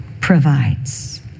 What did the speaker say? provides